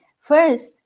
first